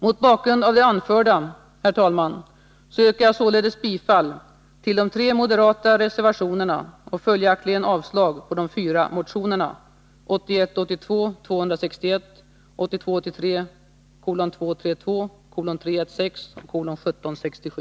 Mot bakgrund av det anförda, herr talman, yrkar jag således bifall till de tre moderata reservationerna och följaktligen avslag på de fyra motionerna 1981 83:232, 1982 83:1767.